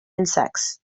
insects